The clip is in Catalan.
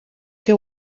que